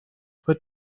put